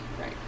right